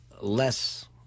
less